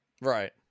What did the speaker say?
Right